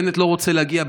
בנט לא רוצה להגיע,